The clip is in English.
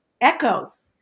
echoes